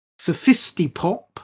Sophistipop